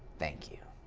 thank yo